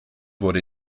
wurde